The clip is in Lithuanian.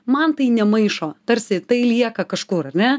man tai nemaišo tarsi tai lieka kažkur ane